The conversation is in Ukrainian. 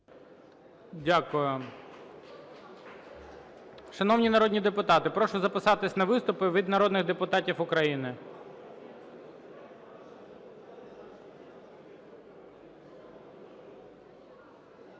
Дякую. Шановні народні депутати, прошу записатись на виступи від народних депутатів України.